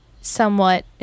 somewhat